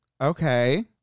Okay